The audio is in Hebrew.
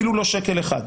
אפילו לא שקל אחד,